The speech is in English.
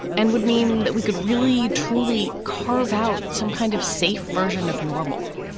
and would mean that we could really, truly carve out some kind of safe version of normal.